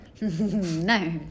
No